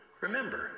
Remember